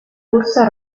corsa